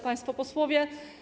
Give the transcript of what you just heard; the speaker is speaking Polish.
Państwo Posłowie!